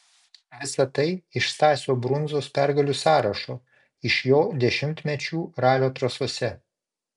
visa tai iš stasio brundzos pergalių sąrašo iš jo dešimtmečių ralio trasose